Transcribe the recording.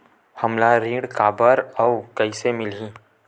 हमला ऋण काबर अउ कइसे मिलही?